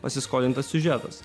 pasiskolintas siužetas